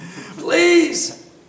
Please